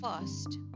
first